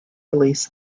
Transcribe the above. release